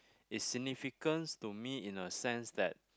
is significance to me in a sense that